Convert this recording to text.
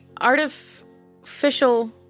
artificial